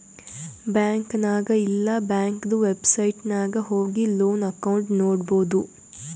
bank ನಾಗ್ ಇಲ್ಲಾ ಬ್ಯಾಂಕ್ದು ವೆಬ್ಸೈಟ್ ನಾಗ್ ಹೋಗಿ ಲೋನ್ ಅಕೌಂಟ್ ನೋಡ್ಬೋದು